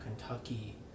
Kentucky